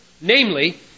Namely